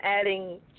adding